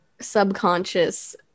subconscious